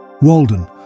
Walden